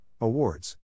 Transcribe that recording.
Awards